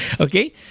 Okay